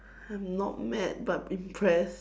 I'm not mad but impressed